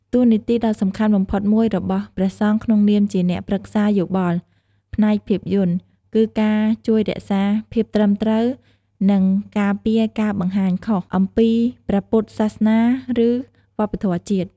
តួនាទីដ៏សំខាន់បំផុតមួយរបស់ព្រះសង្ឃក្នុងនាមជាអ្នកប្រឹក្សាយោបល់ផ្នែកភាពយន្ត គឺការ ជួយរក្សាភាពត្រឹមត្រូវ និងការពារការបង្ហាញខុស អំពីព្រះពុទ្ធសាសនា ឬវប្បធម៌ជាតិ។